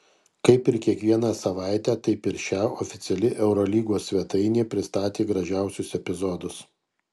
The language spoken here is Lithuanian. kaip ir kiekvieną savaitę taip ir šią oficiali eurolygos svetainė pristatė gražiausius epizodus